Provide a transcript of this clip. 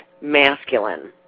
masculine